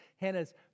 Hannah's